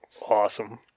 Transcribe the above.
awesome